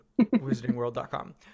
wizardingworld.com